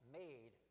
made